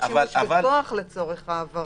אין סמכות לעשות שימוש בכוח לצורך ההעברה למלונית.